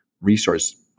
resource